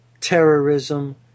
terrorism